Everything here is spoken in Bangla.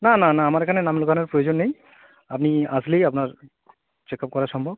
না না না আমার এখানে নাম লেখানোর প্রয়োজন নেই আপনি আসলেই আপনার চেক আপ করা সম্ভব